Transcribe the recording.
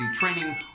training